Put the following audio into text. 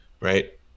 right